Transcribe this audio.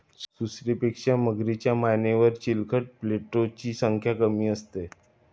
सुसरीपेक्षा मगरीच्या मानेवर चिलखत प्लेटोची संख्या कमी असते